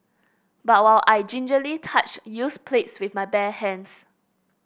but while I gingerly touched used plates with my bare hands